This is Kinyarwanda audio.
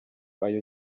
ayo